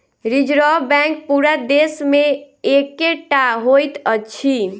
reserve bank पूरा देश मे एकै टा होइत अछि